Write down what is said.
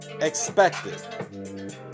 expected